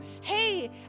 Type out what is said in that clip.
Hey